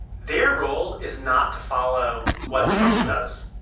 their role is not to follow what trump does.